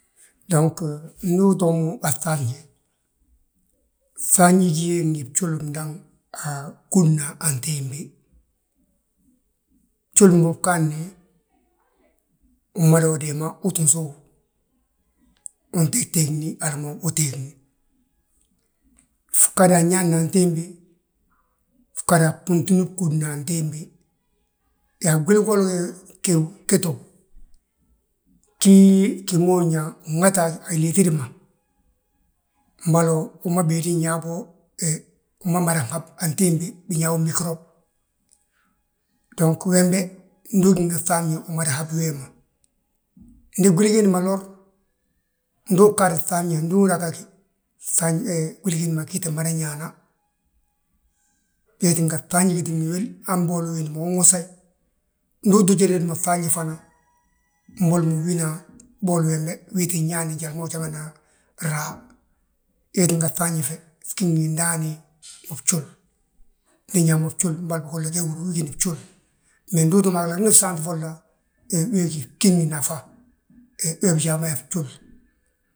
Dongo ndu utoo mo, a fŧafñe, fŧafñe bgí ge ndi bjuli mdaŋ a bgúudna antimbi. Bjul ma bgaani, umadawi deema uu ttin sów wi, unteeg teegni hala ma uteegni. Fgadu añaanna antimbi, fgadu a bunti bgúudna antimbi. Yaa gwili goli gíw ge tów, gí gima húrin yaa nŋaata a liitidi ma, mbolo wi ma béedi nyaa bo he wi ma madan habi antimbi. Binyaawi migirob, dong wembe, ndu ugí ngi fŧafñe umada habi wee ma. Ndi gwili giindi ma lor, ndu ugaadi fŧafñe, ndu udagagi, gwili giindi ma gii tti mada ñaana. Wée tínga fŧafñi gíti ngi wil, han booli wiindi unwosagi, ndu uti jéded mo, fŧafñi fana, mbolo wina boli wembe wii ttin ñaani njali ma ujanga ñaana. Yaa wee tínga fŧafñi fe, fgí ngi ndaani, ngi bjul, ndi nyaa mo bjul mbolo bigolla nge húr wi ma gíni bjul. Mee ndi utúmfi a giladni gsaant folla we weeti fgí ngi nafa, wee bijaa ma yaa bjul.